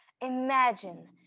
Imagine